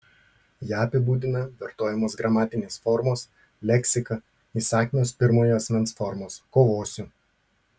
ją apibūdina vartojamos gramatinės formos leksika įsakmios pirmojo asmens formos kovosiu